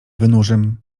wynurzym